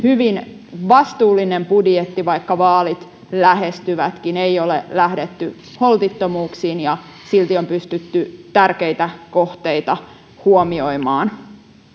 hyvin vastuullinen budjetti vaikka vaalit lähestyvätkin ei ole lähdetty holtittomuuksiin ja silti on pystytty tärkeitä kohteita huomioimaan